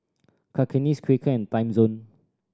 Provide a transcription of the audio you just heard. Cakenis Quaker and Timezone